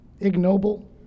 ignoble